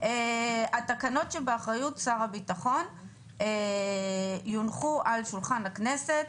התקנות שבאחריות שר הביטחון יונחו על שולחן הכנסת,